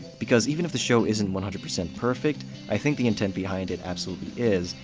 because even if the show isn't one hundred percent perfect, i think the intent behind it absolutely is,